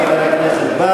תודה, אדוני.